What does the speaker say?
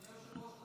אדוני היושב-ראש,